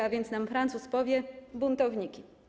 A więc nam Francuz powie: buntowniki.